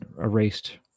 erased